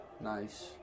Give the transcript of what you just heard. Nice